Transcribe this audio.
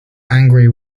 angry